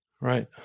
Right